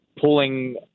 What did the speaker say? pulling